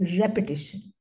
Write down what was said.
repetition